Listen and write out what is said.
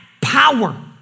power